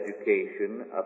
education